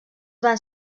van